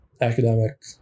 academic